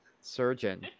surgeon